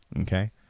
okay